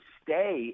stay